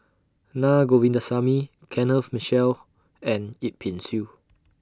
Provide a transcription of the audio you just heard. Na Govindasamy Kenneth Mitchell and Yip Pin Xiu